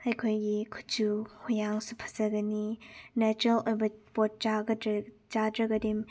ꯑꯩꯈꯣꯏꯒꯤ ꯀꯨꯠꯁꯨ ꯀꯨꯌꯥꯡꯁꯨ ꯐꯖꯒꯅꯤ ꯅꯦꯆꯔꯦꯜ ꯑꯣꯏꯕ ꯄꯣꯠ ꯆꯥꯗ꯭ꯔꯒꯗꯤ